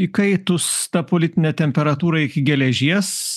įkaitus ta politinė temperatūra iki geležies